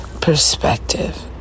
perspective